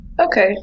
Okay